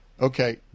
Okay